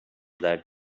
that